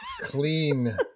clean